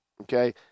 okay